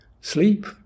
Sleep